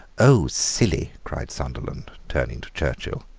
oh, silly, cried sunderland, turning to churchill,